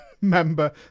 Member